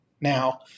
Now